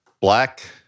black